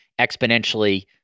exponentially